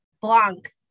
Blanc